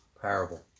parable